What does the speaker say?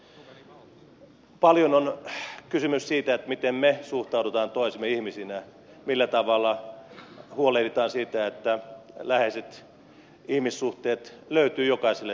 paljon on kysymys siitä miten me suhtaudumme toisiimme ihmisinä millä tavalla huolehditaan siitä että läheiset ihmissuhteet löytyvät jokaiselle suomalaiselle ihmiselle